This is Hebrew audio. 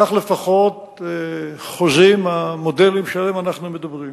כך לפחות חוזים המודלים שעליהם אנחנו מדברים.